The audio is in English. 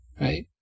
right